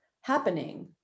happening